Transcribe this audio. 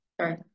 sorry